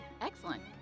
Excellent